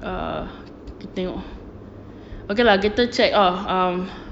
err kita tengok ah okay lah kita check um